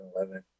2011